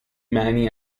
معنی